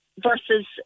versus